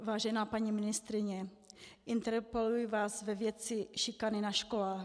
Vážená paní ministryně, interpeluji vás ve věci šikany na školách.